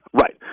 Right